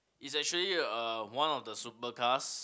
it's actually a one of the super cars